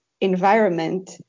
environment